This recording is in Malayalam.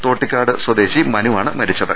തോട്ടിക്കാട് സ്വദേശി മനുവാണ് മരിച്ചത്